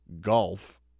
golf